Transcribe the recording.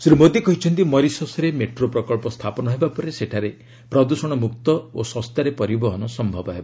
ଶ୍ରୀ ମୋଦୀ କହିଛନ୍ତି ମରିସସ୍ରେ ମେଟ୍ରୋ ପ୍ରକଳ୍ପ ସ୍ଥାପନ ହେବା ପରେ ସେଠାରେ ପ୍ରଦୂଷଣ ମୁକ୍ତ ଓ ଶସ୍ତାରେ ପରିବହନ ସମ୍ଭବ ହେବ